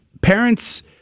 parents